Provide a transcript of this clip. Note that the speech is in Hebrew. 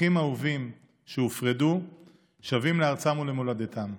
אחים אהובים שהופרדו שבים לארצם ולמולדתם.